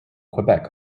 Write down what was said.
quebec